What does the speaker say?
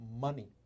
money